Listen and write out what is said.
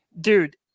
Dude